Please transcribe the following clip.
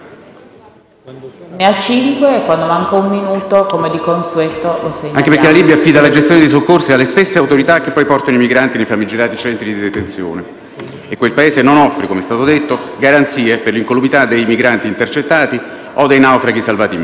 che molti di loro hanno subito torture e violenze feroci, anche perché la Libia affida la gestione dei soccorsi alle stesse autorità che poi portano i migranti nei famigerati centri di detenzione e quel Paese non offre, com'è stato detto, garanzie per l'incolumità dei migranti intercettati o dei naufraghi salvati in mare,